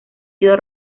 sido